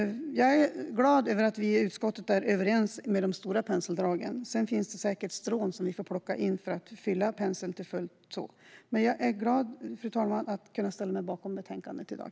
Jag är glad över att vi i utskottet är överens om de stora penseldragen. Sedan finns det säkert strån som vi får plocka in för att fylla penseln. Men jag är glad, fru talman, att kunna ställa mig bakom betänkandet i dag.